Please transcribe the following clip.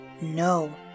No